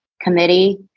committee